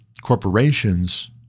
corporations